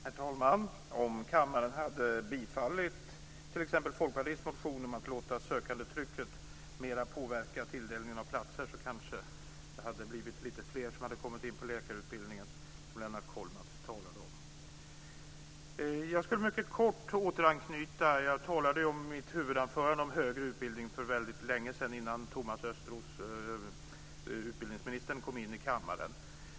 Herr talman! Om kammaren hade bifallit t.ex. Folkpartiets motion om att låta sökandetrycket mer påverka tilldelningen av platser så kanske fler hade kommit in på läkarutbildningen, som Lennart Kollmats talade om. Jag ska kort återanknyta till det som jag talade om i mitt huvudanförande, nämligen den högre utbildningen. Det var väldigt länge sedan, innan utbildningsminister Thomas Östros kom in i kammaren.